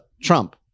Trump